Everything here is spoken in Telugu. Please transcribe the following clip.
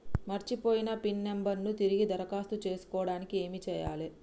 మర్చిపోయిన పిన్ నంబర్ ను తిరిగి దరఖాస్తు చేసుకోవడానికి ఏమి చేయాలే?